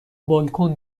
بالکن